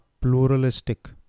pluralistic